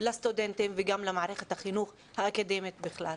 לסטודנטים וגם מערכת החינוך האקדמית בכלל.